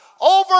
over